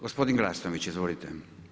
Gospodin Glasnović, izvolite.